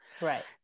Right